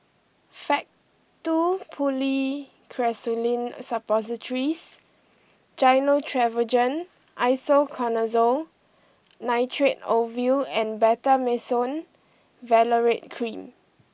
Faktu Policresulen Suppositories Gyno Travogen Isoconazole Nitrate Ovule and Betamethasone Valerate Cream